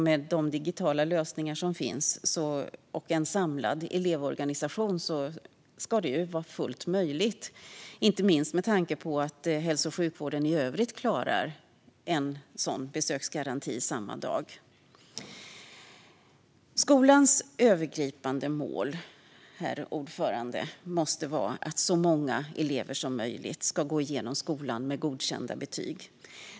Med de digitala lösningar som finns och med en samlad elevorganisation ska detta vara fullt möjligt, inte minst med tanke på att hälso och sjukvården i övrigt klarar en garanti för besök samma dag. Skolans övergripande mål, herr talman, måste vara att så många elever som möjligt ska gå igenom skolan med godkända betyg.